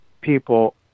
people